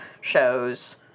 shows